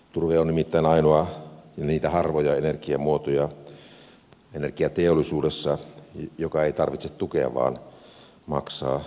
turve on nimittäin niitä harvoja energiamuotoja energiateollisuudessa joka ei tarvitse tukea vaan maksaa siitä veroa